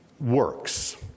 works